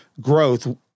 growth